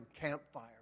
campfire